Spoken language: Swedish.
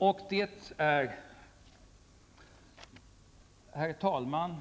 Herr talman!